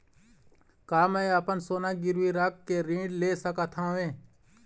का मैं अपन सोना गिरवी रख के ऋण ले सकत हावे?